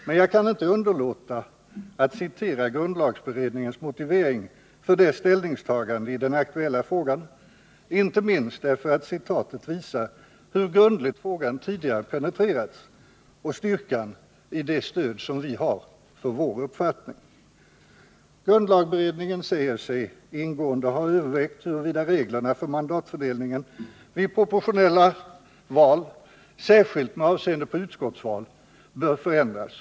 Men jag kan inte här underlåta att citera grundlagberedningens motivering för sitt ställningstagande i den aktuella frågan — inte minst därför att citatet visar vilken grundlighet frågan tidigare penetrerats med och styrkan i det stöd vi har för vår uppfattning. Grundlagberedningen säger sig ingående ha övervägt huruvida reglerna för mandatfördelningen vid proportionella val — särskilt med avseende på utskottsval — bör förändras.